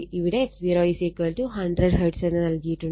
ഇവിടെ f0 100 Hz നൽകിയിട്ടുണ്ട്